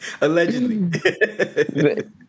Allegedly